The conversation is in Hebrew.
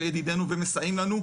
שהם ידידנו ומסייעים לנו,